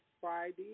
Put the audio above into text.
Friday